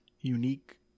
unique